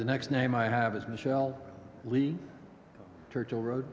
the next name i have is michelle lee churchill